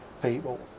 people